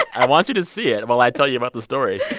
i want you to see it and while i tell you about the story.